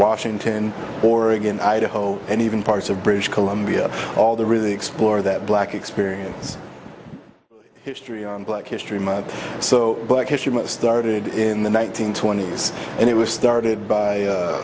washington oregon idaho and even parts of british columbia all the really explore that black experience history on black history month so black history month started in the one nine hundred twenty s and it was started by